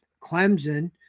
Clemson